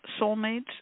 soulmates